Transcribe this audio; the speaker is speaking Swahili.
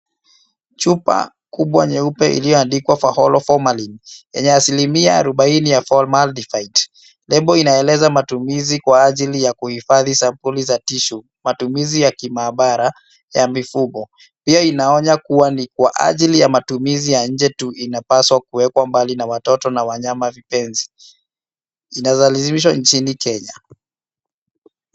Chupa kubwa nyeupe iliyoandikwa Faholo Formalin, yenye asilimia arobaini ya Formalidified . Lebo inaeleza matumizi kwa ajili ya kuhifadhi sampuli za tissue , matumizi ya kimaabara, ya mifugo. Pia inaonya kuwa ni kwa ajili ya matumizi ya nje tu, inapaswa kuwekwa mbali na watoto na wanyama vipenzi. Zinazalishwa nchini Kenya.